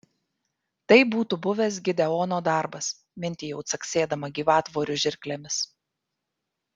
tai būtų buvęs gideono darbas mintijau caksėdama gyvatvorių žirklėmis